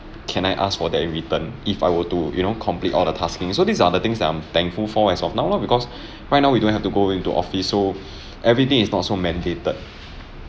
can I ask for that in return if I were to you know complete all the tasking so these are the things I'm thankful for as of now loh because right now we don't have to go into office so everything is not so mandated